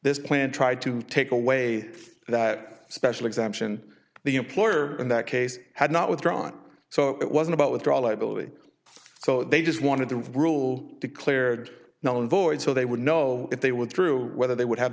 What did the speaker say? this plan tried to take away that special exemption the employer in that case had not withdrawn so it wasn't about withdraw liability so they just wanted to rule declared null and void so they would know if they withdrew whether they would have